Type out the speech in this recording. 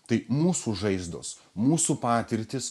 tai mūsų žaizdos mūsų patirtys